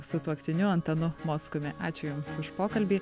sutuoktiniu antanu mockumi ačiū jums už pokalbį